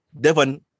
Devon